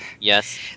Yes